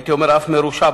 והייתי אומר אף מרושע,